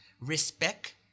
Respect